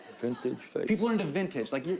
vintage face. people are into vintage. like,